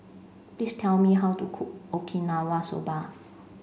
please tell me how to cook Okinawa soba